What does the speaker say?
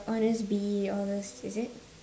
honestbee all those is it